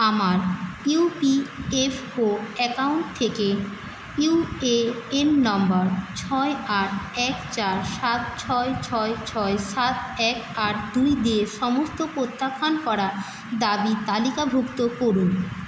আমার EPFO account থেকে UAN number ছয় আট এক চার সাত ছয় ছয় ছয় সাত এক আট দুই দিয়ে সমস্ত প্রত্যাখ্যান করা দাবি তালিকাভুক্ত করুন